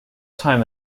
time